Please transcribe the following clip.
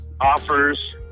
offers